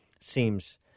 seems